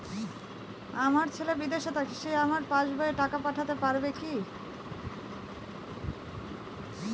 আমার ছেলে বিদেশে থাকে সে আমার পাসবই এ টাকা পাঠাতে পারবে কি?